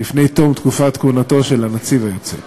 לפני תום תקופת כהונתו של הנציב היוצא.